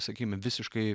sakykime visiškai